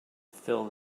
fill